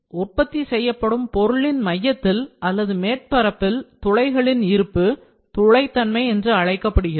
உற்பத்தி செய்யப்படும் பொருளின் மையத்தில் அல்லது மேற்பரப்பில் துளைகளின் இருப்பு துளை தன்மை என்று அழைக்கப்படுகிறது